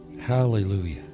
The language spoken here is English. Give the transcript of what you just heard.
hallelujah